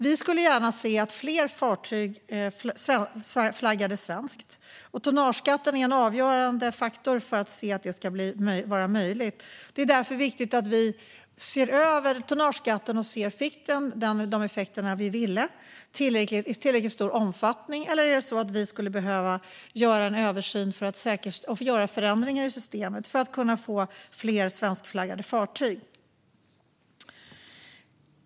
Vi skulle gärna se fler svenskflaggade fartyg. Tonnageskatten är en avgörande faktor för att det ska vara möjligt. Det är därför viktigt att vi ser över denna skatt och ser om den fick de effekter vi ville i tillräckligt stor omfattning eller om vi behöver göra en översyn och förändringar i systemet för att få fler svenskflaggade fartyg.